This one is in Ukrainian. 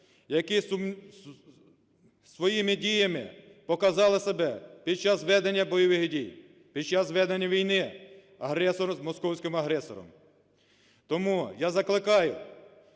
які своїми діями показали себе під час ведення бойових дій, під час ведення війни з агресором, з московським агресором. Тому я закликаю,